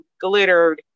glittered